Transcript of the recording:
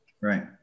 Right